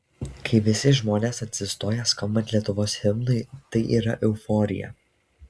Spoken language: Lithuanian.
kai visi žmonės atsistoja skambant lietuvos himnui tai yra euforija